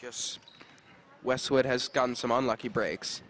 yes westwood has gotten some on lucky breaks